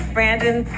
Brandon